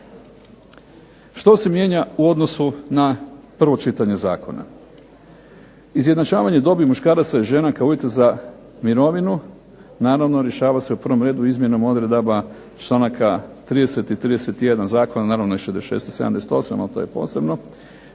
Što se mijenja u odnosu na prvo čitanje zakona? Izjednačavanje dobi muškaraca i žena kao uvjeta za mirovinu naravno rješava se u prvom redu izmjenom odredaba članaka 30. i 31. zakona, naravno i 66. i 78., ali to je posebno,